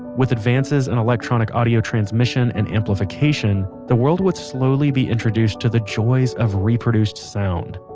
with advances in electronic audio transmission and amplification, the world would slowly be introduced to the joys of reproduced sound.